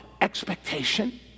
expectation